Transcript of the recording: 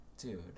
Dude